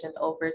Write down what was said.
over